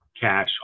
cash